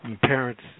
parents